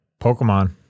pokemon